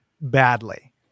badly